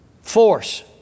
force